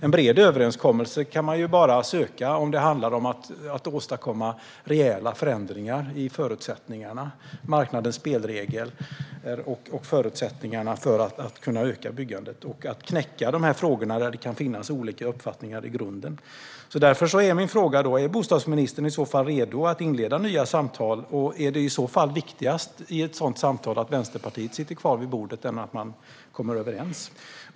En bred överenskommelse kan man bara söka om det handlar om att åstadkomma rejäla förändringar för förutsättningarna. Det handlar om marknadens spelregler, förutsättningarna för att kunna öka byggandet och att knäcka frågorna där det kan finnas olika uppfattningar i grunden. Är bostadsministern redo att inleda nya samtal? Är det i så fall viktigast att Vänsterpartiet sitter kvar vid bordet? Eller är det viktigare att man kommer överens.